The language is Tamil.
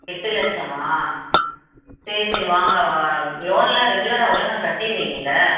எட்டு லட்சமா சரி சரி வாங்க லோன் எல்லாம் ரெகுலராக ஒழுங்கா கட்டிருவீங்கள்ல